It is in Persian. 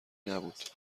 نبود